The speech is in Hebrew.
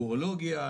אורולוגיה,